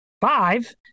five